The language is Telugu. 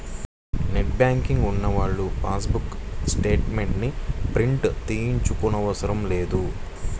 నెట్ బ్యాంకింగ్ ఉన్నవాళ్ళు పాస్ బుక్ స్టేట్ మెంట్స్ ని ప్రింట్ తీయించుకోనవసరం లేదు